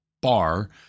bar